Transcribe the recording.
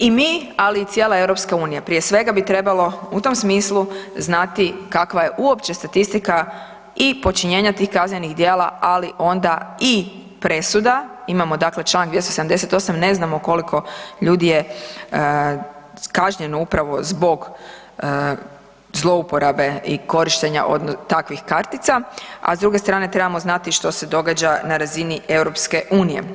I mi, ali i cijela EU, prije svega bi trebalo u tom smislu znati kakva je uopće statistika i počinjenja tih kaznenih djela, ali onda i presuda, imamo dakle čl. 278, ne znamo koliko ljudi je kažnjeno upravo zbog zlouporabe i korištenja takvih kartica, a s druge strane, trebamo znati što se događa na razini EU.